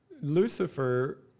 Lucifer